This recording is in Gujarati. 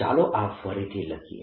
dS0Ienclosed તો ચાલો આ ફરીથી લખીએ